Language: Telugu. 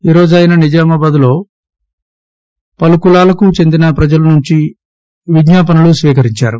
ఈరోజు ఆయన నిజామాబాద్లో పలు కులాలకు చెందిన ప్రజల నుండి విజ్ఞాపనలు స్వీకరించారు